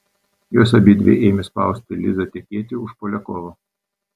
jos abidvi ėmė spausti lizą tekėti už poliakovo